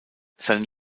seine